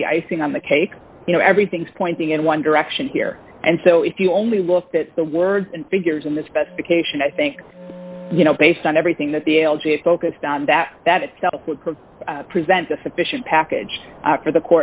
was the icing on the cake you know everything's pointing in one direction here and so if you only look at the words and figures in the specifications i think you know based on everything that the l g a focused on that that itself would present a sufficient package for the